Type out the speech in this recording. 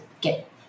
get